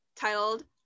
titled